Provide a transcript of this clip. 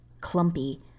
clumpy